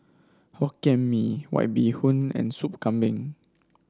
Hokkien Mee White Bee Hoon and Soup Kambing